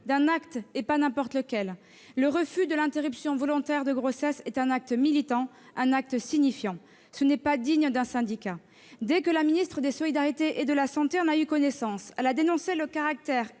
d'un acte, et pas n'importe lequel. Le refus de l'interruption volontaire de grossesse est un acte militant, un acte signifiant. Ce n'est pas digne d'un syndicat. Dès que la ministre des solidarités et de la santé a eu connaissance du communiqué dont